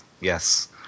Yes